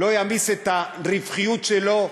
את הרווחיות שלו,